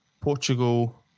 Portugal